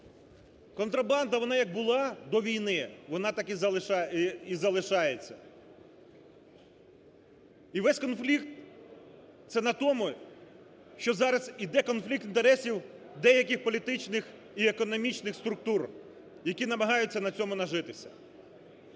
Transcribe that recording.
Контрабанда вона як була до війни, вона так і залишається. І весь конфлікт – це на тому, що зараз іде конфлікт інтересів деяких політичних і економічних структур, які намагаються на цьому нажитися.